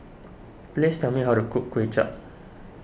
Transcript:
please tell me how to cook Kuay Chap